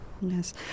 Yes